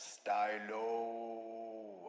Stylo